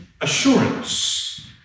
assurance